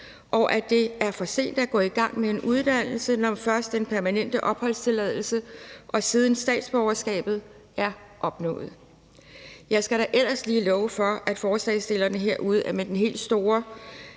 og at det er for sent at gå i gang med en uddannelse, når først den permanente opholdstilladelse og siden statsborgerskabet er opnået. Jeg skal da ellers lige love for, at forslagsstillerne her er ude med den helt store